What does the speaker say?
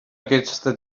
aquesta